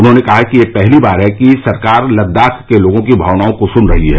उन्होंने कहा कि यह पहली बार है कि सरकार लद्दाख के लोगों की भावनाओं को सुन रही है